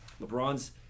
LeBron's